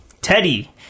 Teddy